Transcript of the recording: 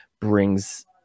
brings